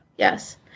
Yes